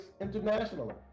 internationally